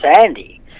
Sandy